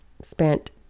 spent